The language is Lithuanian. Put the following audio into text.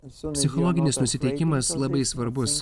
psichologinis nusiteikimas labai svarbus